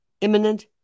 imminent